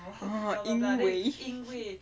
因为